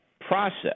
process